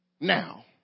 now